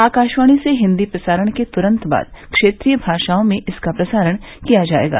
आकाशवाणी से हिंदी प्रसारण के तुरन्त बाद क्षेत्रीय भाषाओं में इसका प्रसारण किया जायेगा